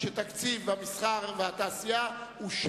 שתקציב משרד התעשייה והמסחר, ועבודה, נכון?